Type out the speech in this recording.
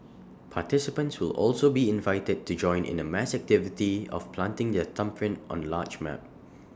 participants will also be invited to join in A mass activity of planting their thumbprint on A large map